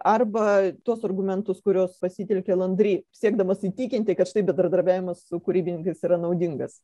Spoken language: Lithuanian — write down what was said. arba tuos argumentus kuriuos pasitelkė landri siekdamas įtikinti kad štai bendradarbiavimas su kūrybininkais yra naudingas